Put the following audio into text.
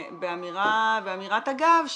באמירת אגב,